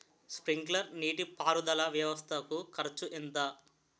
Sprinkler నీటిపారుదల వ్వవస్థ కు ఖర్చు ఎంత?